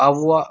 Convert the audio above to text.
ᱟᱵᱚᱣᱟᱜ